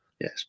yes